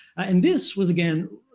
and this was, again,